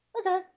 okay